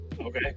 Okay